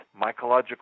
mycological